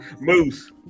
Moose